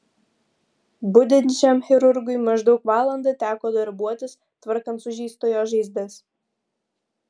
budinčiam chirurgui maždaug valandą teko darbuotis tvarkant sužeistojo žaizdas